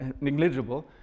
negligible